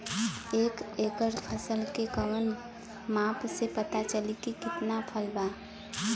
एक एकड़ फसल के कवन माप से पता चली की कितना फल बा?